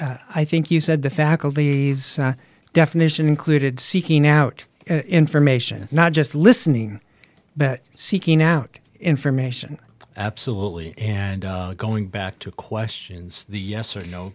go i think you said the faculties definition included seeking out information not just listening but seeking out information absolutely and going back to questions the yes or no